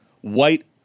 White